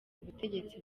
ubutegetsi